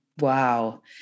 Wow